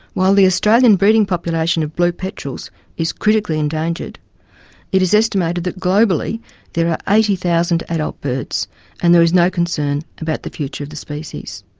while the australian breeding population of blue petrels is critically endangered it is estimated that globally there are eighty thousand adult birds and there is no concern about the future of the species.